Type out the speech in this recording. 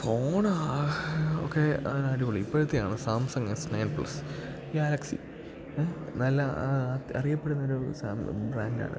phone ഒക്കെ അടിപൊളി ഇപ്പോഴത്തെയാണ് Samsung S nine plus galaxy നല്ല അറിയപ്പെടുന്നൊരു സാധനം ബ്രാൻഡാണ്